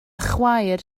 chwaer